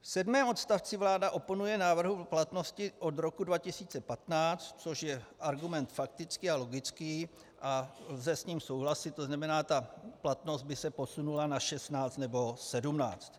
V sedmém odstavci vláda oponuje návrhu platnosti od roku 2015, což je argument faktický a logický a lze s ním souhlasit, to znamená ta platnost by se posunula na 16 nebo 17.